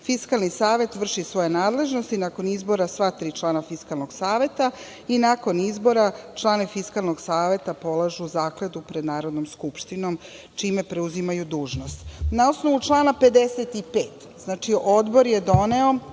Fiskalni savet vrši svoje nadležnosti nakon izbora sva tri člana Fiskalnog saveta i nakon izbora članovi Fiskalnog saveta polažu zakletvu pred Narodnom skupštinu, čime preuzimaju dužnosti. Na osnovu člana 55, znači, Odbor je doneo,